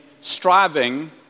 striving